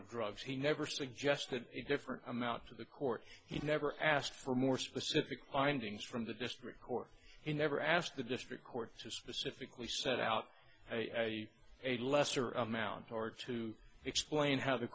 of drugs he never suggested a different amount to the court he never asked for more specific bindings from the district court he never asked the district court to specifically set out a lesser amount or to explain how the